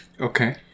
Okay